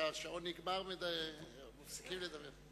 כשהשעון נגמר מפסיקים לדבר.